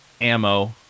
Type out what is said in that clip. ammo